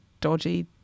dodgy